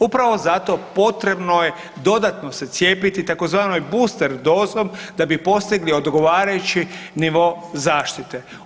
Upravo zato potrebno je dodano se cijepiti tzv. booster dozom da bi postigli odgovarajući nivo zaštite.